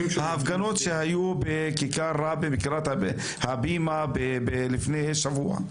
ההפגנות שהיו ברחבת הבימה לפני שבוע,